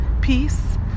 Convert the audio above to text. peace